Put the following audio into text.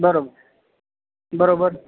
બરોબર બરોબર